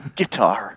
guitar